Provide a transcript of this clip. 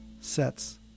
sets